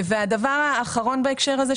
הדבר האחרון בהקשר הזה,